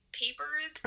papers